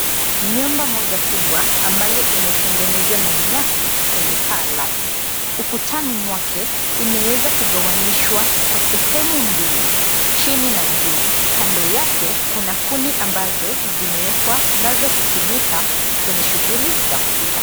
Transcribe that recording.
Nyumba moja kubwa ambayo imetengenezwa na nyasi kwenye paa lake. Ukutani mwake, imeweza kugawanyishwa kwa sehemu mbili, chini na juu. Kando yake kuna kuni ambazo zimewekwa nazo hutumika kwa shughuli za kupika.